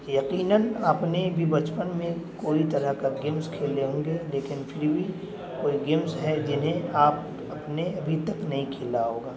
یقیناً اپنے بھی بچپن میں کوئی طرح کا گیمس کھیلے ہوں گے لیکن پھر بھی کوئی گیمس ہے جنہیں آپ اپنے ابھی تک نہیں کھیلا ہوگا